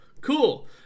cool